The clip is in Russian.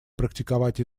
практиковать